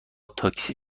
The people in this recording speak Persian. تاکسی